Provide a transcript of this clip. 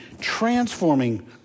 transforming